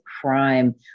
crime